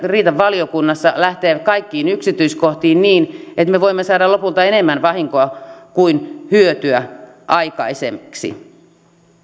riitä valiokunnassa lähtemään kaikkiin yksityiskohtiin koska me voimme saada lopulta enemmän vahinkoa kuin hyötyä aikaiseksi